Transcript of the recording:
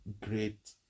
great